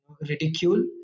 ridicule